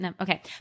Okay